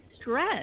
stress